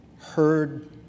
heard